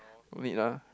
no need lah